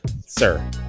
sir